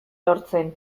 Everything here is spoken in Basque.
lortzen